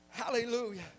Hallelujah